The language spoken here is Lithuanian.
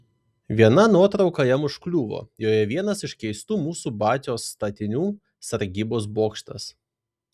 viena nuotrauka jam užkliuvo joje vienas iš keistų mūsų batios statinių sargybos bokštas